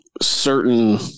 certain